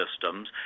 systems